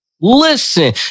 listen